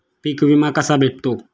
पीक विमा कसा भेटतो?